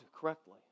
correctly